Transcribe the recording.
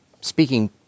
speaking